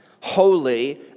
holy